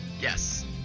Yes